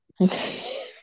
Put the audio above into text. Okay